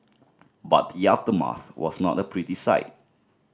but the aftermath was not a pretty sight